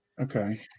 Okay